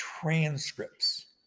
transcripts